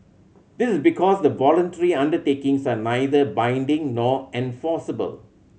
this is because the voluntary undertakings are neither binding nor enforceable